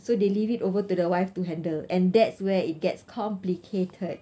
so they leave it over to the wife to handle and that's where it gets complicated